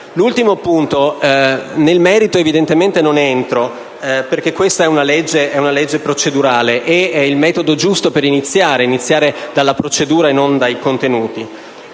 all'ultimo punto. Nel merito non entro, perché questa è una legge procedurale. Si tratta del metodo giusto per iniziare: iniziare dalla procedura e non dai contenuti.